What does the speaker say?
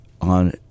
on